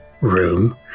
room